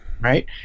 right